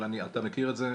אבל אתה מכיר את זה,